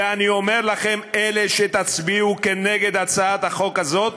ואני אומר לכם, אתם שתצביעו כנגד הצעת החוק הזאת,